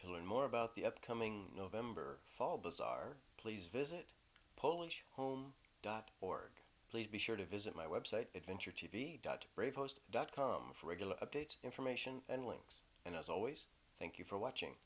to learn more about the upcoming november fall bazaar please visit polish home dot org please be sure to visit my website adventure t v dot post dot com for regular updates information and links and as always thank you for watching